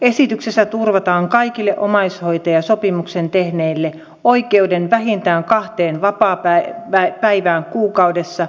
esityksessä turvataan kaikille omaishoitajasopimuksen tehneille oikeus vähintään kahteen vapaapäivään kuukaudessa